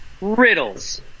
riddles